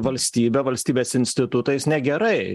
valstybe valstybės institutais negerai